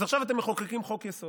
אז עכשיו אתם מחוקקים חוק-יסוד